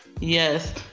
Yes